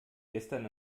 gestern